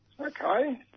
Okay